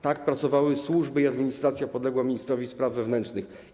Tak pracowały służby i administracja podległe ministrowi spraw wewnętrznych.